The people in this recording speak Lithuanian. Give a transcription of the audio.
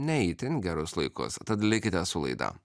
ne itin gerus laikus tad likite su laida